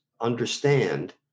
understand